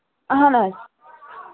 اَہن حظ